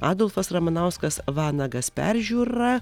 adolfas ramanauskas vanagas peržiūra